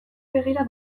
begira